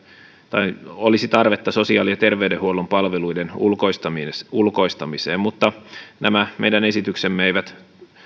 tarvetta sosiaali ja terveydenhuollon palveluiden ulkoistamiseen ulkoistamiseen nämä meidän esityksemme eivät